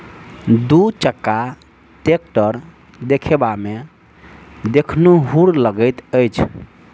दू चक्का टेक्टर देखबामे देखनुहुर लगैत अछि